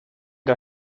der